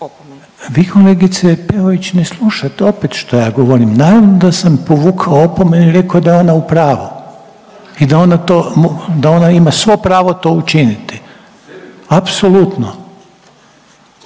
opomenu. **Reiner, Željko (HDZ)** Vi, kolegice Peović ne slušate opet što ja govorim. Naravno da sam povukao opomenu i rekao da je ona u pravu i da ona to, da ona ima svo pravo to učiniti. Apsolutno.